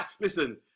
listen